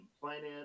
finance